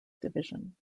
division